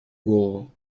голову